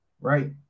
Right